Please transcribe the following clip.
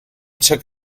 took